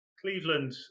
Cleveland